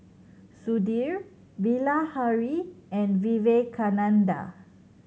Sudhir Bilahari and Vivekananda